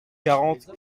quarante